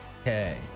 Okay